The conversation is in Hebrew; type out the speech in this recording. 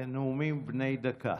אלה נאומים בני דקה.